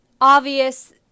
obvious